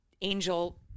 angel –